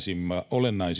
sillä